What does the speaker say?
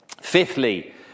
Fifthly